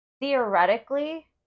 theoretically